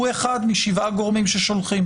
הוא אחד משבעה גורמים ששולחים.